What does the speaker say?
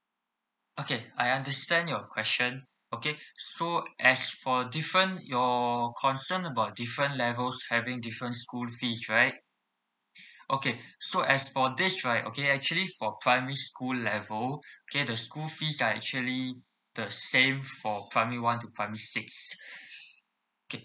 okay I understand your question okay so as for different your concern about different levels having different school fees right okay so as for this right okay actually for primary school level okay the school fees are actually the same for primary one to primary six okay